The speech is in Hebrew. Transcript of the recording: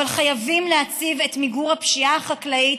אבל חייבים להציב את מיגור הפשיעה החקלאית